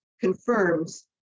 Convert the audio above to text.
confirms